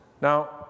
Now